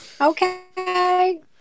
Okay